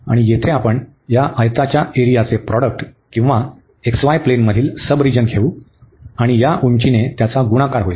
आणि तेथे आपण या आयताच्या एरियाचे प्रॉडक्ट किंवा x y प्लेनमधील सबरिजन घेऊ आणि या उंचीने गुणाकार होईल